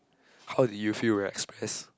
how did you feel we're express